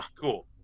Cool